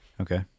Okay